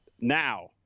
Now